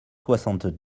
soixante